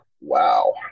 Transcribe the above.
wow